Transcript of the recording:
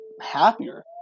happier